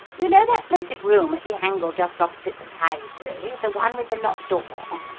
you know that blessed room at the angle just opposite the library the one with the locked door?